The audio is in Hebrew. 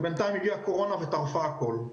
בינתיים הגיעה הקורונה וטרפה הכול.